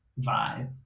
vibe